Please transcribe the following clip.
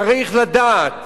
צריך לדעת